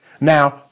Now